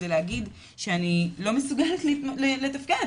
כדי להגיד שאני לא מסוגלת לתפקד